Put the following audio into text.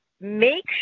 make